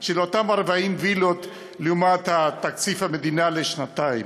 של אותן 40 וילות לתקציב המדינה לשנתיים.